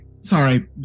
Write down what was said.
sorry